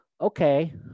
okay